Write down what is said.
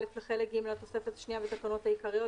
לחלק ג לתוספת השניה בתקנות העיקריות,